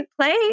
play